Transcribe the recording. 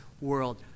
world